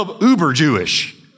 uber-Jewish